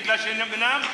מפני שהם אינם?